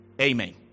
Amen